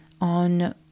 on